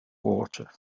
water